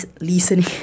listening